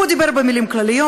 הוא דיבר במילים כלליות,